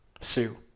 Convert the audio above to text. Sue